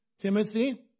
Timothy